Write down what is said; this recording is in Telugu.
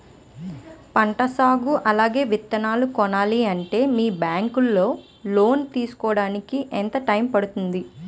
పంట సాగు అలాగే విత్తనాలు కొనాలి అంటే మీ బ్యాంక్ లో లోన్ తీసుకోడానికి ఎంత టైం పడుతుంది?